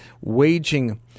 waging